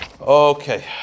Okay